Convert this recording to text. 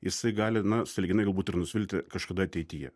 jisai gali na sąlyginai galbūt ir nusvilti kažkada ateityje